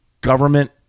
government